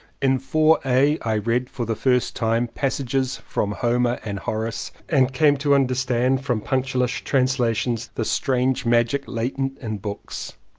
in four a, i read for the first time pass ages from homer and horace and came to understand from punctilious translations the strange magic latent in books.